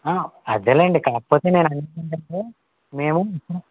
అదేలేండి కాకపోతే నేను అనేది ఏంటంటే మేము